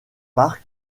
park